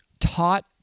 taught